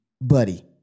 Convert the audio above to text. Buddy